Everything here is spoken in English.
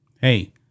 hey